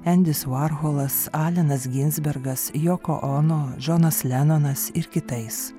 endis varcholas alenas ginsbergas joko ono džonas lenonas ir kitais